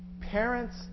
Parents